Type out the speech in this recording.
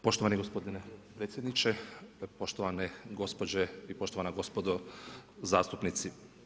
Poštovani gospodine potpredsjedniče, poštovane gospođe i poštovane gospodo zastupnici.